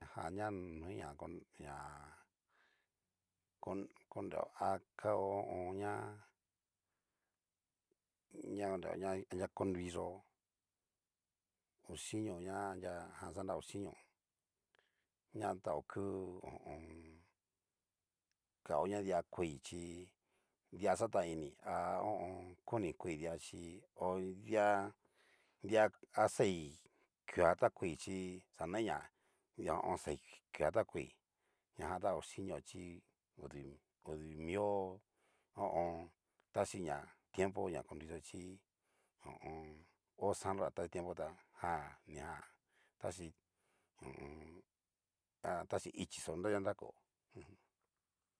Ñajan na noi ña koreao a keo ho o on. ña, ña koneo ña anria konruiyó, hochinio na anria jan xanra oxinio, ñan ta ho ku. ho o on. kao na dia koi chi dia xatan ini ha koni koi dia chi. oidia a xai kua ta koi chí kanai na xai kua ta koi ñajan ta hoñinio chí odumio ho o on. tachi na tiempo ña konruiy'o chí ho o on. ho santo na taxhia tiempo ta ja ñajan tachi ho o on. iajan taxhí ichixo nra kóo.